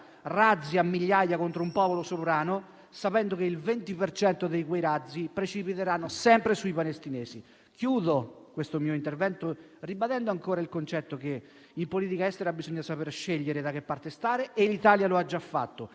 razzi a migliaia contro un popolo sovrano, sapendo che il 20 per cento di quei razzi precipiterà sempre sui palestinesi. Concludo il mio intervento, ribadendo ancora il concetto che in politica estera bisogna saper scegliere da che parte stare; l'Italia lo ha già fatto